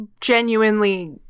genuinely